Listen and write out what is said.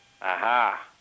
Aha